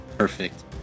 Perfect